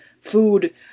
food